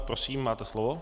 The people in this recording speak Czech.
Prosím, máte slovo.